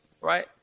right